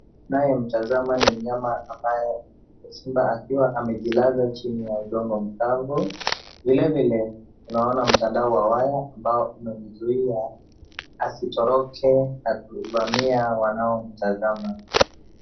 Unayemtazama ni mnyama ambaye ni simba akiwa amejilaza chini ya udongo mkavu. Vile vile, unaona mtandao wa waya, ambao umemzuia, asitoroke na kuvamia wanaomtazama.